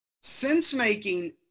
Sense-making